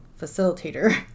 facilitator